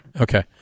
Okay